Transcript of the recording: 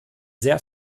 sehr